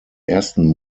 ersten